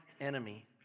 enemy